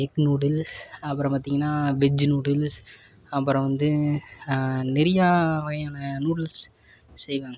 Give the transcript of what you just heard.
egg noodles அப்புறம் பார்த்தீங்கன்னா veg noodles அப்புறம் வந்து நிறையா வகையான நூடுல்ஸ் செய்வாங்க